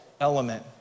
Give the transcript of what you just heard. element